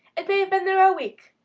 it may have been there a week,